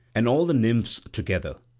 and all the nymphs together,